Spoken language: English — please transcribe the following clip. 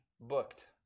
booked